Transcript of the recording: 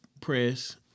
press